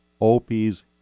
Opie's